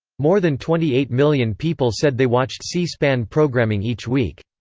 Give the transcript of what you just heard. more than twenty eight million people said they watched c-span programming each week.